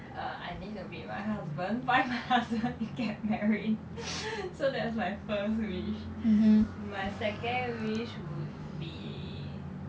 uh I need to meet my husband find my husband and get married so that's my first wish my second wish would be